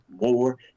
more